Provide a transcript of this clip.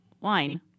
wine